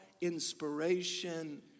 inspiration